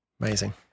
Amazing